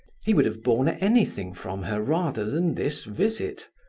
he would have borne anything from her rather than this visit.